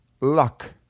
luck